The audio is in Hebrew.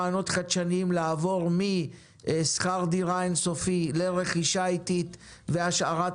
גם ברעיונות חדשניים לעבור משכר דירה אין-סופי לרכישה אטית והשארת